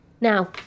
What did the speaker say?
Now